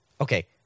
Okay